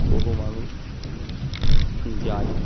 বহু মানুষ যায়